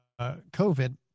COVID